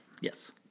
Yes